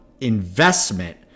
investment